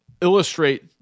illustrate